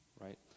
right